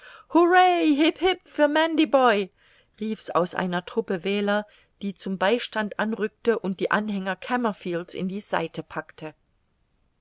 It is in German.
für mandiboy rief's aus einer truppe wähler die zum beistand anrückte und die anhänger kamerfield's in die seite packte